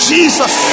Jesus